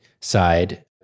side